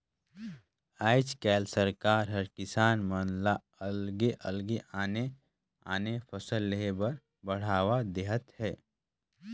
आयज कायल सरकार हर किसान मन ल अलगे अलगे आने आने फसल लेह बर बड़हावा देहत हे